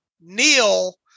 neil